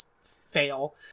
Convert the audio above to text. fail